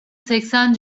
seksen